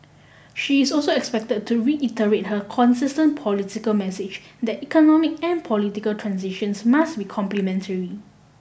she is also expect to reiterate her consistent political message that economic and political transitions must be complementary